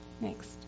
next